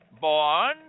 born